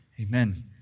Amen